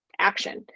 action